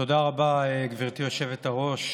תודה רבה, גברתי היושבת-ראש.